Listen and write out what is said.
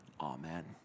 amen